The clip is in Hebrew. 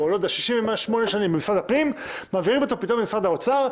או לא יודע 68 שנים ממשרד הפנים ומעבירים אותו פתאום למשרד האוצר,